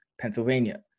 Pennsylvania